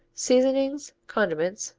seasonings, condiments,